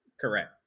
Correct